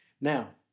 Now